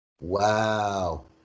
Wow